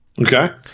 Okay